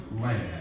land